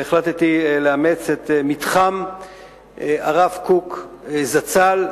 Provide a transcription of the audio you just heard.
והחלטתי לאמץ את מתחם הרב קוק זצ"ל,